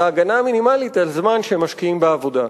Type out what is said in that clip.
ההגנה המינימלית על זמן שהם מקדישים בעבודה?